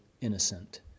innocent